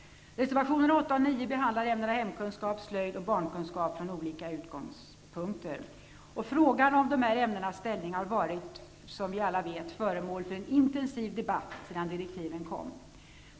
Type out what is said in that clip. Reservationerna 8 och 9 behandlar ämnena hemkunskap, slöjd och barnkunskap från olika utgångspunkter. Frågan om dessa ämnens ställning har, som vi alla vet, varit föremål för en intensiv debatt sedan direktiven kom.